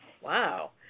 Wow